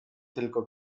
tylko